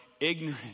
ignorant